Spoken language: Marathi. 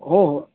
हो हो